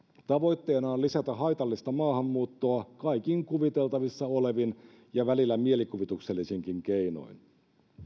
tavoitteena on lisätä haitallista maahanmuuttoa kaikin kuviteltavissa olevin ja välillä mielikuvituksellisinkin keinoin